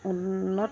উন্নত